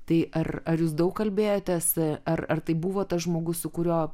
tai ar ar jūs daug kalbėjotės ar ar tai buvo tas žmogus su kuriuo